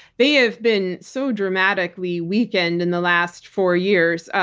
they have been so dramatically weakened in the last four years,